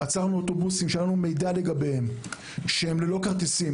עצרנו אוטובוסים שהיה לנו מידע לגביהם שהם ללא כרטיסים,